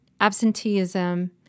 absenteeism